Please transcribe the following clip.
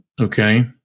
okay